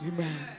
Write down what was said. Amen